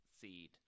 seed